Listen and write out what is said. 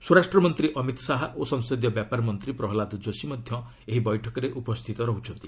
ସ୍ୱରାଷ୍ଟ୍ରମନ୍ତ୍ରୀ ଅମିତ୍ ଶାହା ଓ ସଂସଦୀୟ ବ୍ୟାପାର ମନ୍ତ୍ରୀ ପ୍ରହଲ୍ଲାଦ ଯୋଶୀ ମଧ୍ୟ ଏହି ବୈଠକରେ ଉପସ୍ଥିତ ରହୁଛନ୍ତି